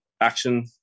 action